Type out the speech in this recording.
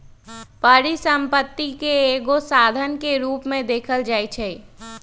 परिसम्पत्ति के एगो साधन के रूप में देखल जाइछइ